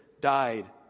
died